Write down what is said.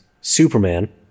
Superman